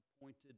appointed